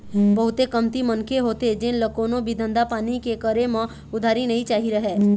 बहुते कमती मनखे होथे जेन ल कोनो भी धंधा पानी के करे म उधारी नइ चाही रहय